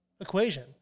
equation